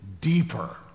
deeper